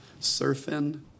Surfing